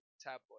tabloid